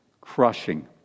crushing